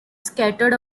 scattered